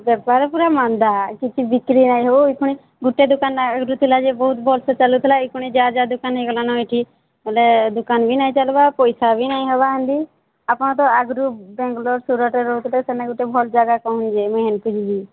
ବେପାର ପୁରା ମାନ୍ଦା କିଛି ବିକ୍ରି ନାହିଁ ହୋ ଗୋଟେ ଦୋକାନ ଥିଲା ଯେ ବହୁତ ଭଲ ସେ ଚାଲୁଥିଲା ଏଇ କ୍ଷଣି ଯାହା ଯାହା ଦୋକାନ ହୋଇଗଲାଣି ଏଠି ବୋଲେ ଦୁକାନକେ ନେଇ ଚାଲିବା ପଇସା ବା ନାଇ ହେବା ହେନ୍ତି ଆପଣ ତ ଆଗରୁ ବେଙ୍ଗଲୋର ସୁରଟ୍ରେ ରହୁଥିଲେ ସେନ ଗୋଟେ ଭଲ ଜାଗା କ'ଣ ଯିବିଁ ମୁଁ ହେମିତି ଯିବି